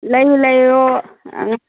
ꯂꯩꯔꯣ ꯂꯩꯔꯣ ꯑꯉꯥꯡ